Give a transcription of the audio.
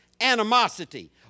animosity